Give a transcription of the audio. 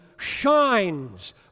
shines